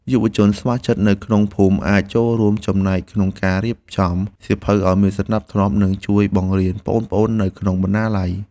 យុវជនស្ម័គ្រចិត្តនៅក្នុងភូមិអាចចូលរួមចំណែកក្នុងការរៀបចំសៀវភៅឱ្យមានសណ្តាប់ធ្នាប់ និងជួយបង្រៀនប្អូនៗនៅក្នុងបណ្ណាល័យ។